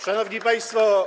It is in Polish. Szanowni Państwo!